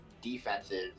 defenses